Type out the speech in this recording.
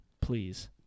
Please